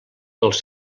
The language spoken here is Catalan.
dels